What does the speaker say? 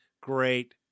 great